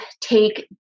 take